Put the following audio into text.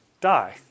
die